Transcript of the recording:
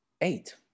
eight